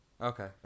Okay